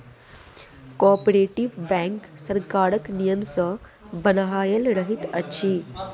cooperative bank सरकारक नियम सॅ बन्हायल रहैत अछि